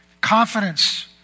Confidence